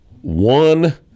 one